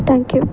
thank you